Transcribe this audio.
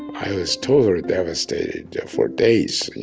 i was totally devastated for days. you